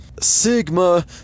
sigma